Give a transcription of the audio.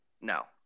No